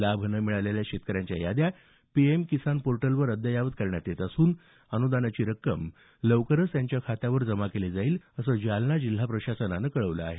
लाभ न मिळालेल्या शेतकऱ्यांच्या याद्या पीएम किसान पोर्टलवर अद्ययावत करण्यात येत असून अनुदान रक्कम लवकरच त्यांच्या खात्यांवर जमा केली जाईल असं जालना जिल्हा प्रशासनानं कळवलं आहे